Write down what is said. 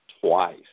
twice